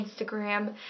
Instagram